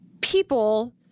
people